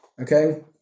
okay